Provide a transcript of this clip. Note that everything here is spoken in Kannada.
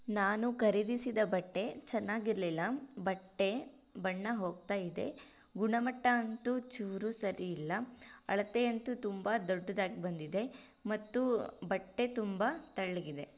ನಾನು ಖರೀದಿಸಿದ ಬಟ್ಟೆ ಚೆನ್ನಾಗಿರಲಿಲ್ಲ ಬಟ್ಟೆ ಬಣ್ಣ ಹೋಗ್ತಾ ಇದೆ ಗುಣಮಟ್ಟ ಅಂತೂ ಚೂರೂ ಸರಿ ಇಲ್ಲ ಅಳತೆ ಅಂತೂ ತುಂಬ ದೊಡ್ಡದಾಗಿ ಬಂದಿದೆ ಮತ್ತು ಬಟ್ಟೆ ತುಂಬ ತೆಳ್ಳಗಿದೆ